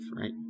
right